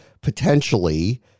potentially